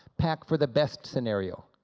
pack for the best scenario,